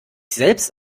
selbst